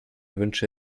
wünsche